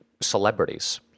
celebrities